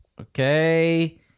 Okay